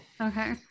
Okay